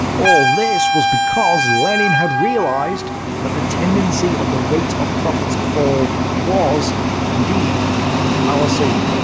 all this was because lenin had realized that the tendency of the rate of profit to fall was indeed a fallacy.